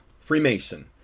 freemason